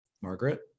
margaret